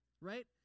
right